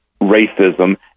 racism